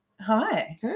Hi